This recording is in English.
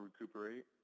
recuperate